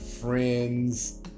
friends